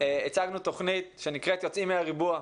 הצגנו תוכנית שנקראת "יוצאים מהריבוע",